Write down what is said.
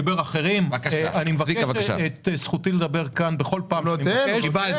דיברו אחרים ואני מבקש את זכותי לדבר כאן בכל פעם שאני מבקש.